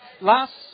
last